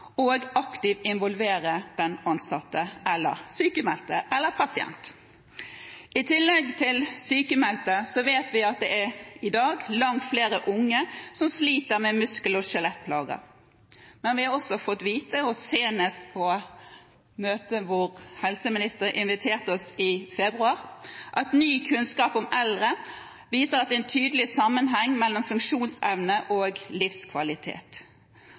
og aktivt involvere den ansatte, sykemeldte eller pasient. I tillegg til sykemeldte vet vi at i dag er det langt flere unge som sliter med muskel- og skjelettplager. Men vi har også fått vite – og senest på møte som helseministeren inviterte oss til i februar – at ny kunnskap om eldre viser at det er en tydelig sammenheng mellom funksjonsevne og livskvalitet.